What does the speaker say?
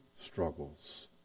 struggles